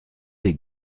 des